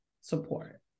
support